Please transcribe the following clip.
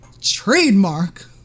trademark